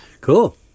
Cool